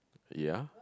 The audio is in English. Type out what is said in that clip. ya